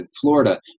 Florida